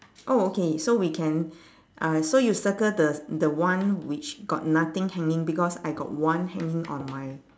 oh okay so we can uh so you circle the the one which got nothing hanging because I got one hanging on my